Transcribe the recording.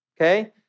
okay